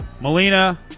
Molina